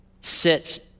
sits